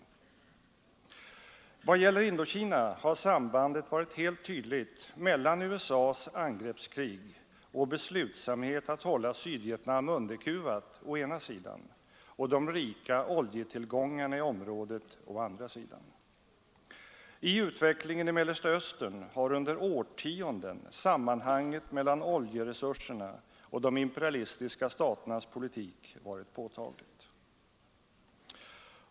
I vad gäller Indokina har sambandet varit helt tydligt mellan USA:s angreppskrig och beslutsamhet att hålla Sydvietnam underkuvat å ena sidan och de rika oljetillgångarna i området å andra sidan. I utvecklingen i Mellersta Östern har under årtionden sammanhanget mellan oljeresurserna och de imperialistiska staternas politik varit påtagligt.